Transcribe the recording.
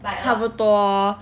差不多